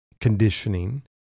conditioning